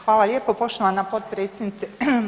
Hvala lijepo poštovana potpredsjednice.